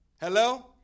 Hello